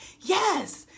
Yes